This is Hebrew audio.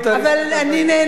אני נהנית,